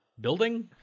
Building